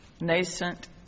Nascent